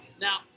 Now